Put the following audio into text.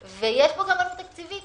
ויש פה גם עלות תקציבית.